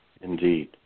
indeed